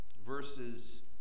Verses